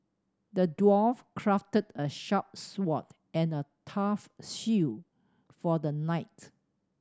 the dwarf crafted a sharp sword and a tough shield for the knight